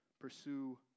Pursue